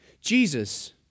Jesus